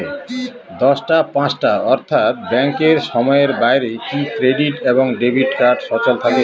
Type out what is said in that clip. দশটা পাঁচটা অর্থ্যাত ব্যাংকের সময়ের বাইরে কি ক্রেডিট এবং ডেবিট কার্ড সচল থাকে?